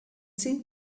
seemed